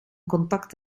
contact